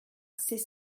c’est